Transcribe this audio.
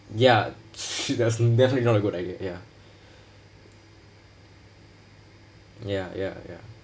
ya she doesn't definitely not a good idea ya ya ya ya